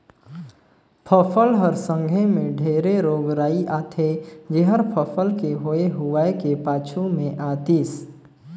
फसल हर संघे मे ढेरे रोग राई आथे जेहर फसल के होए हुवाए के पाछू मे आतिस